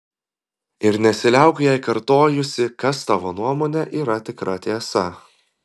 ir nesiliauk jai kartojusi kas tavo nuomone yra tikra tiesa